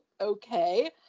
Okay